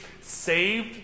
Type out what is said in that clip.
saved